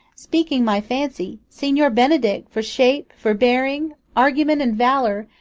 speaking my fancy signior benedick, for shape, for bearing, argument and valour,